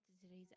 today's